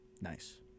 Nice